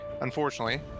unfortunately